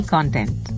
Content